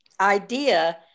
idea